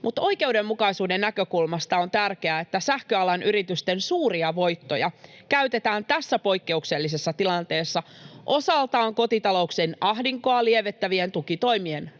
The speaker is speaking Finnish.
oikeudenmukaisuuden näkökulmasta on tärkeää, että sähköalan yritysten suuria voittoja käytetään tässä poikkeuksellisessa tilanteessa osaltaan kotitalouksien ahdinkoa lievittävien tukitoimien